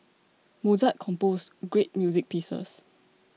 Mozart composed great music pieces